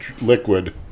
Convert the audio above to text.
liquid